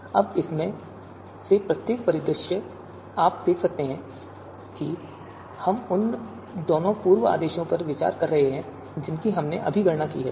तो अब इनमें से प्रत्येक परिदृश्य आप देख सकते हैं कि हम उन दोनों पूर्व आदेशों पर विचार कर रहे हैं जिनकी हमने अभी गणना की है